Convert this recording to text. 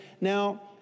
Now